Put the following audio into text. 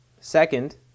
Second